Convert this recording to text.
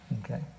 Okay